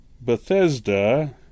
Bethesda